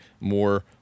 more